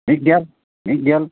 ᱢᱤᱫ ᱜᱮᱞ ᱢᱤᱫ ᱜᱮᱞ